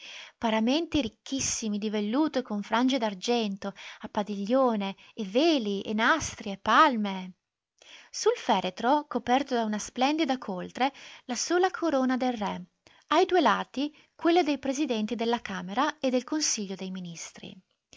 paramenti ricchissimi di velluto con frange d'argento a padiglione e veli e nastri e palme sul feretro coperto da una splendida coltre la sola corona del re ai due lati quelle dei presidenti della camera e del consiglio dei ministri